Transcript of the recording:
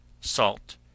salt